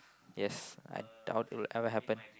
yes I doubt it will ever happen